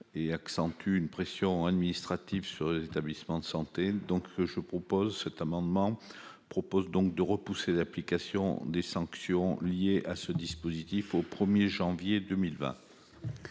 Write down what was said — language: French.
et accentue une pression administrative sur les établissements de santé, donc je propose cet amendement propose donc de repousser l'application des sanctions liées à ce dispositif au 1er janvier 2020.